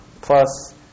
plus